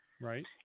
Right